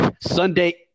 Sunday